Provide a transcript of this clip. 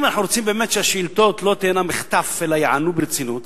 אם אנחנו רוצים באמת שהשאילתות לא יהיו מחטף אלא ייענו ברצינות,